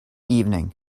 evening